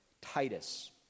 Titus